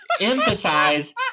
emphasize